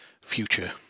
future